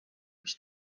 mis